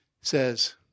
says